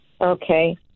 Okay